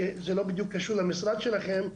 שזה לא בדיוק קשור למשרד שלכם,